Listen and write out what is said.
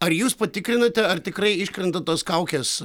ar jūs patikrinate ar tikrai iškrenta tos kaukės